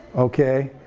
okay,